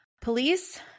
Police